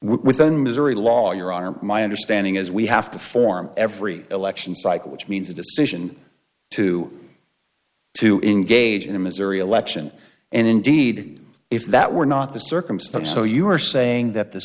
within missouri law your arm my understanding is we have to form every election cycle which means the decision to to engage in a missouri election and indeed if that were not the circumstance so you are saying that the